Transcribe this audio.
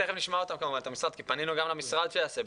תכף נשמע אותם, כי פנינו גם למשרד שיעשה בדיקה,